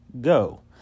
go